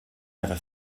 never